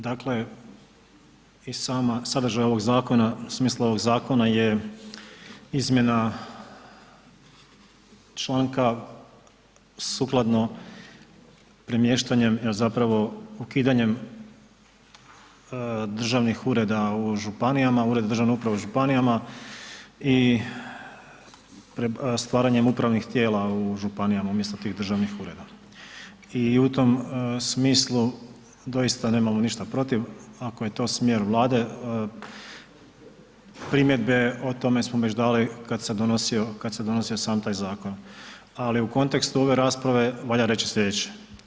Dakle, i sadržaj ovog zakona u smislu ovog zakona je izmjena članka sukladno premještanje zapravo ukidanjem državnih ureda u županijama, ureda državnih uprava u županijama i stvaranjem upravnih tijela u županijama umjesto tih državnih ureda i u tom smislu doista nemamo ništa protiv ako je to smjer Vlade, primjedbe o tome smo već dali kad se donosio sam taj zakon ali u kontekstu ove rasprave valja reći slijedeće.